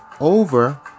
over